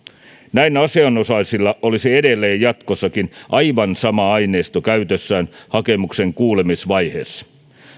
näin asianosaisilla olisi edelleen jatkossakin aivan sama aineisto käytössään hakemuksen kuulemisvaiheessa